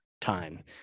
time